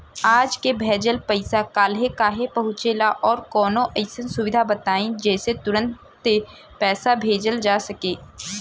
आज के भेजल पैसा कालहे काहे पहुचेला और कौनों अइसन सुविधा बताई जेसे तुरंते पैसा भेजल जा सके?